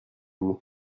vous